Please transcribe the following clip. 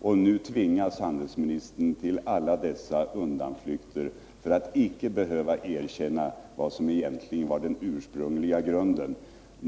Nu tvingas handelsministern till alla dessa undanflykter för att icke behöva erkänna vad som var den verkliga orsaken.